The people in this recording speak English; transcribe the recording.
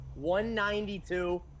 192